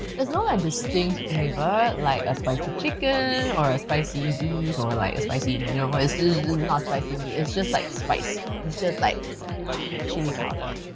is no like distinct flavour liked a spicy chicken or a spicy beef or like a spicy you know it's just not spicy meat. it's just like spice it's just like chilli powder.